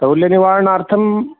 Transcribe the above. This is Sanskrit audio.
स्थौल्यनिवारणार्थम्